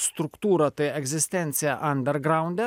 struktūra tai egzistencija andergraunde